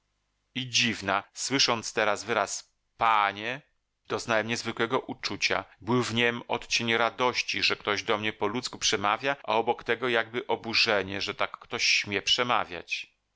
i dziwna słysząc teraz wyraz panie doznałem niezwykłego uczucia był w niem odcień radości że ktoś do mnie po ludzku przemawia a obok tego jakby oburzenie że tak ktoś śmie przemawiać